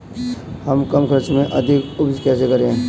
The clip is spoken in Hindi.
हम कम खर्च में अधिक उपज कैसे करें?